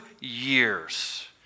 years